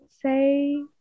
say